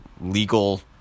legal